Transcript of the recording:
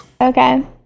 Okay